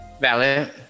Valid